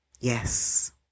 Yes